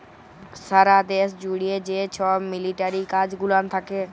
সারা দ্যাশ জ্যুড়ে যে ছব মিলিটারি কাজ গুলান থ্যাকে